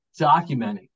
documenting